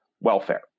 welfare